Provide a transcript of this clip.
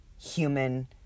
human